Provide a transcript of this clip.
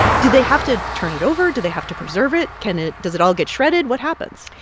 do they have to turn it over? do they have to preserve it? can it does it all get shredded? what happens?